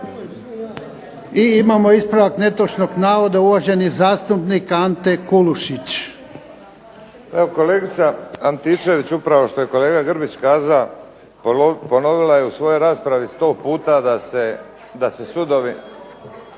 I imamo ispravak netočnog navoda uvaženi zastupnik Ante Kulušić. **Kulušić, Ante (HDZ)** Pa kolegica Antičević upravo što je kolega Grbić kazao ponovila je u svojoj raspravi 100 puta da se trgovački